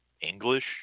English